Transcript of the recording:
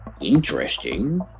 interesting